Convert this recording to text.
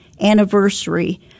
anniversary